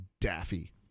daffy